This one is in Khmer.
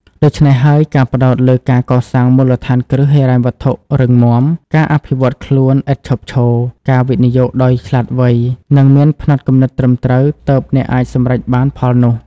ដូច្នេះហើយ ការផ្តោតលើការកសាងមូលដ្ឋានគ្រឹះហិរញ្ញវត្ថុរឹងមាំ ការអភិវឌ្ឍខ្លួនឯងឥតឈប់ឈរ ការវិនិយោគដោយឆ្លាតវៃ និងមានផ្នត់គំនិតត្រឹមត្រូវ ទើបអ្នកអាចសម្រេចបានផលនោះ។